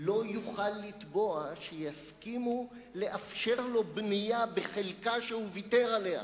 לא יוכל לתבוע שיסכימו לאפשר לו בנייה בחלקה שהוא ויתר עליה.